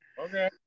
Okay